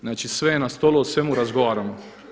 Znači, sve je na stolu, o svemu razgovaramo.